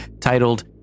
titled